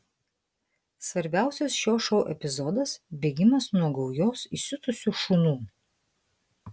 svarbiausias šio šou epizodas bėgimas nuo gaujos įsiutusių šunų